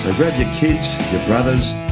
ah grab your kids, your brothers,